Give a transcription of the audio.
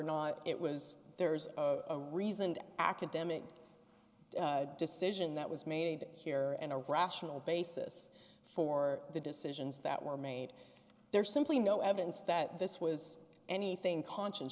not it was there's a reasoned academic decision that was made here and a rational basis for the decisions that were made there's simply no evidence that this was anything conscien